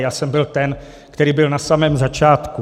Já jsem byl ten, který byl na samém začátku.